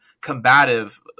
combative